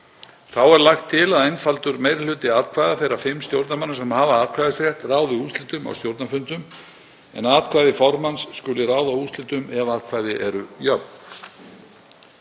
Þá er lagt til að einfaldur meiri hluti atkvæða þeirra fimm stjórnarmanna sem hafa atkvæðisrétt ráði úrslitum á stjórnarfundum en atkvæði formanns skuli ráða úrslitum ef atkvæði eru jöfn.